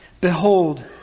Behold